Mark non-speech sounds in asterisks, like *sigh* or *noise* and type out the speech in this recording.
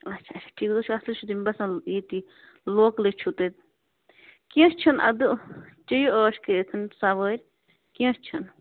اَچھا اَچھا *unintelligible* ییٚتی لوکٕلٕے چھُو تۄہہِ کیٚنٛہہ چھُنہٕ اَدٕ چیٚیِو عٲش کٔرِتھ سوٲرۍ کیٚنٛہہ چھُنہٕ